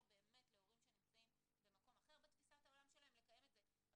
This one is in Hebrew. באמת להורים שנמצאים במקום אחר בתפיסת העולם שלהם לקיים את זה,